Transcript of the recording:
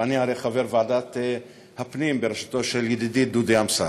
ואני הרי חבר ועדת הפנים בראשות ידידי דודי אמסלם.